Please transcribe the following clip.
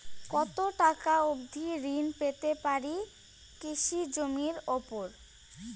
কত টাকা অবধি ঋণ পেতে পারি কৃষি জমির উপর?